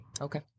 okay